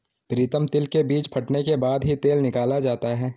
प्रीतम तिल के बीज फटने के बाद ही तेल निकाला जाता है